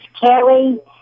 Kelly